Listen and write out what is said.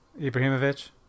Ibrahimovic